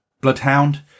Bloodhound